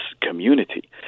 community